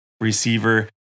receiver